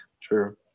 True